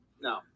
No